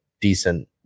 decent